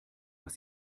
was